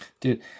Dude